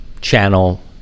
channel